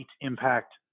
impact